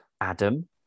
Adam